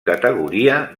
categoria